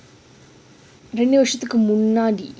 ரெண்டு வர்ஷத்துக்கு முன்னாடி:rendu warshathukku munnadi